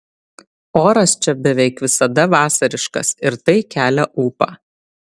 oras čia beveik visada vasariškas ir tai kelia ūpą